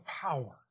power